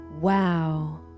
Wow